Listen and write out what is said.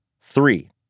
Three